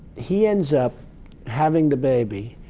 he ends up having the baby,